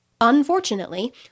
Unfortunately